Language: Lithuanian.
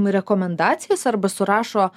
rekomendacijas arba surašo